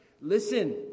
Listen